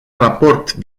raport